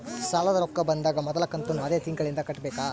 ಸಾಲದ ರೊಕ್ಕ ಬಂದಾಗ ಮೊದಲ ಕಂತನ್ನು ಅದೇ ತಿಂಗಳಿಂದ ಕಟ್ಟಬೇಕಾ?